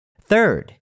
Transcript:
Third